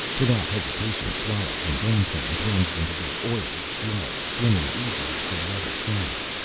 without hesitation thrala and dandtan plunged into the oily flood, swimming easily for the other side.